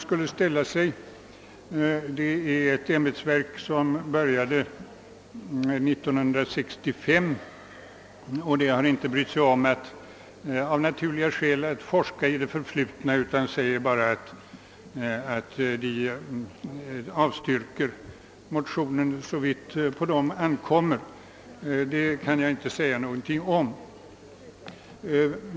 Avtalsverket började sin verksamhet 1965, och av naturliga skäl har man där inte brytt sig om att forska i det förflutna utan har bara avstyrkt motionen såvitt på verket ankommer. Det kan jag inte säga något om.